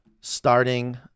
starting